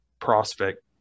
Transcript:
prospect